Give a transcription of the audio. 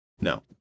No